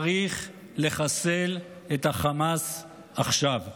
צריך לחסל את החמאס עכשיו,